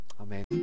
Amen